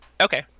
Okay